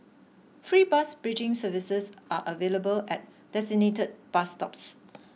free bus bridging services are available at designated bus stops